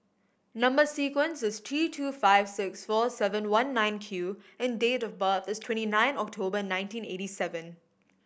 number sequence is T two five six four seven one nine Q and date of birth is twenty nine October nineteen eighty seven